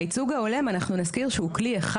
הייצוג ההולם, אנחנו נזכיר, שהוא כלי אחד.